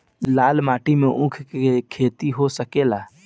लाल माटी मे ऊँख के खेती हो सकेला?